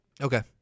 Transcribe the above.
Okay